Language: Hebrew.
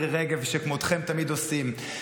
מירי רגב ושכמותכן תמיד עושות,